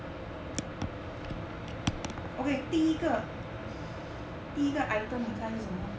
okay 第一个第一个 item 你猜是什么